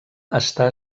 està